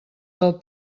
del